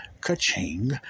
ka-ching